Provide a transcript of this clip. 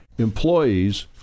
employees